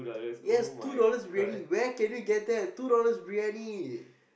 yes two dollar Briyani where can we get that two dollars Briyani